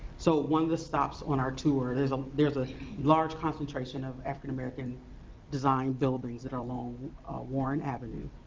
so one of the stops on our tour, there's um there's a large concentration of african american designed buildings that are along warren avenue.